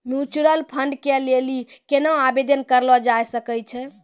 Mutual fund के लेली केना आवेदन करलो जाय सकै छै?